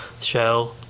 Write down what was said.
show